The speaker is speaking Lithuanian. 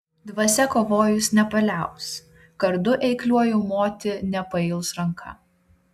dvasia kovojus nepaliaus kardu eikliuoju moti nepails ranka